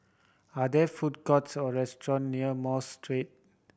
are there food courts or restaurant near Mosque Street